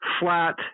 flat